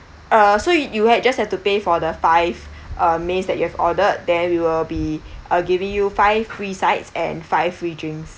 uh so you had just have to pay for the five uh mains that you have ordered then we will be uh giving you five free sides and five free drink